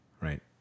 Right